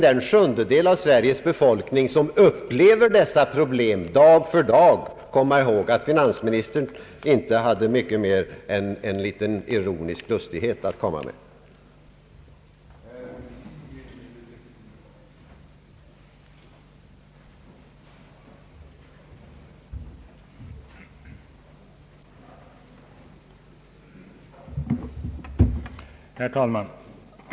Den sjundedel av Sveriges befolkning som dag för dag upplever dessa problem bör komma ihåg, att finansministern inte hade mycket mer än en liten ironisk lustighet att komma med för deras del.